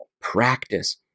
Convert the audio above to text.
practice